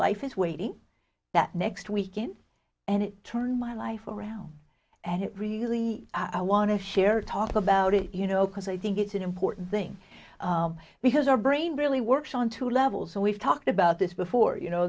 life is waiting that next weekend and it turned my life around and it really i want to share talk about it you know because i think it's an important thing because our brain really works on two levels so we've talked about this before you know